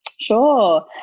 Sure